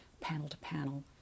panel-to-panel